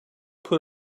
put